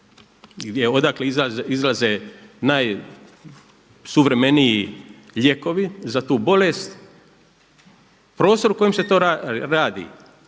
odakle izlaze najsuvremeniji lijekovi za tu bolest. Prostor u kojem se to radi